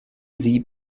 sie